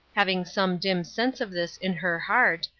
having some dim sense of this in her heart,